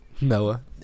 Noah